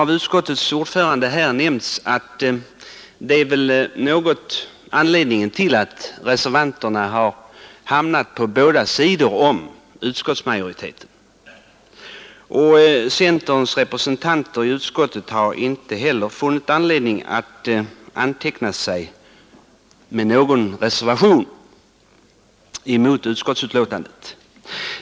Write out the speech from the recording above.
Som utskottets ordförande har nämnt, är det väl också anledningen till att reservanterna har hamnat på båda sidor om utskottsmajoriteten. Centerns representanter i utskottet har inte heller funnit anledning att avge någon reservation.